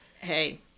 Hey